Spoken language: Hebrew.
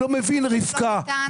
אבל חלק מבתי המלאכה עוסקים בעבודה הזאת.